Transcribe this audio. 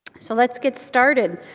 so let's get started.